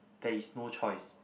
there is no choice